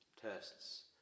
tests